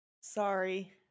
Sorry